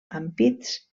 ampits